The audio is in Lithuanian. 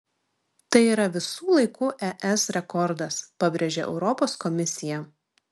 tai yra visų laikų es rekordas pabrėžia europos komisija